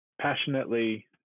passionately